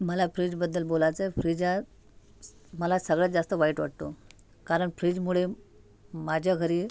मला फ्रीजबद्दल बोलायचंय फ्रीज हा मला सगळ्यात जास्त वाईट वाटतो कारण फ्रीजमुळे माझ्या घरी